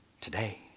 today